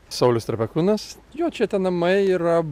saulius trepekūnas jo čia tie namai yra